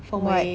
what